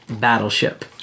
battleship